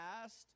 past